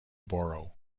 borrow